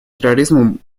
терроризму